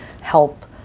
help